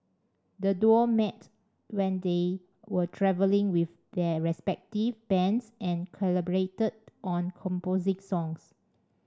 the duo met when they were travelling with their respective bands and collaborated on composing songs